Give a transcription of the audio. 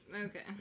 Okay